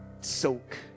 soak